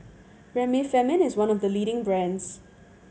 Remifemin is one of the leading brands